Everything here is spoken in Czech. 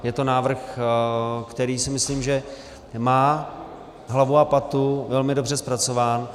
Je to návrh, který si myslím, že má hlavu a patu, je velmi dobře zpracován.